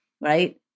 right